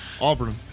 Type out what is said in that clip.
Auburn